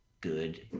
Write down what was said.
good